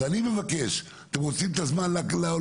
אני מבקש, אתם רוצים את הזמן להוציא?